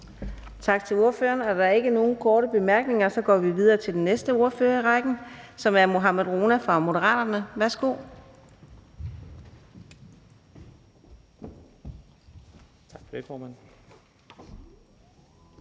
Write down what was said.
Tak til ordføreren. Der er ikke nogen korte bemærkninger, så vi går videre til den næste ordfører i rækken, som er fru Lise Bech fra Danmarksdemokraterne. Værsgo.